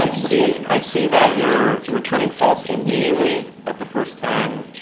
i see i see that you're returning false immediately at the first time